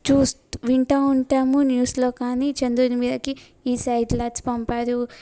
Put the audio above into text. చూస్తూ వింటూ ఉంటాము న్యూస్లో కానీ చంద్రుని మీదకి ఈ శాటిలైట్స్ పంపారు